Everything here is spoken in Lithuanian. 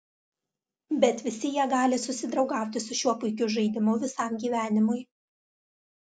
bet visi jie gali susidraugauti su šiuo puikiu žaidimu visam gyvenimui